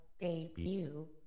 debut